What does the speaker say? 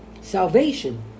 salvation